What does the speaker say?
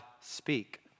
speak